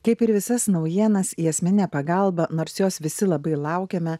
kaip ir visas naujienas į asmeninę pagalbą nors jos visi labai laukiame